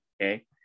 Okay